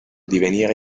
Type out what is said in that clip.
divenire